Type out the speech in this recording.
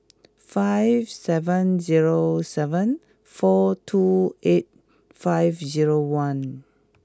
five seven zero seven four two eight five zero one